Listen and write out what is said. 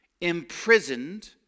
Imprisoned